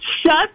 Shut